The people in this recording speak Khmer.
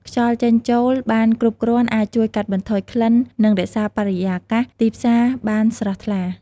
ខ្យល់ចេញចូលបានគ្រប់គ្រាន់អាចជួយកាត់បន្ថយក្លិន និងរក្សាបរិយាកាសទីផ្សារបានស្រស់ថ្លា។